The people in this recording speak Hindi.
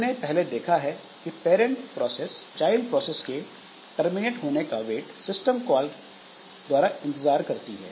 हमने पहले देखा है कि पैरंट प्रोसेस चाइल्ड प्रोसेस के टर्मिनेट होने का वेट सिस्टम कॉल द्वारा इंतजार करती है